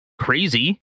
crazy